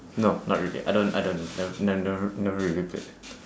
no not really I don't I don't ne~ ne~ never never really played